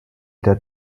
that